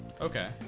okay